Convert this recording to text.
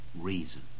reason